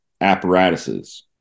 apparatuses